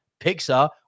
Pixar